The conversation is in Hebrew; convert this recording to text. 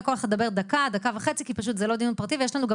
השעה שלוש ושתי דקות ואנחנו אמורים לסגור.